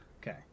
Okay